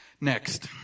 Next